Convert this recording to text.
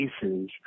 cases